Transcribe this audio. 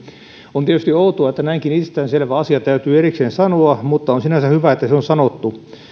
on tietysti outoa että näinkin itsestään selvä asia täytyy erikseen sanoa mutta on sinänsä hyvä että se on sanottu